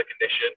condition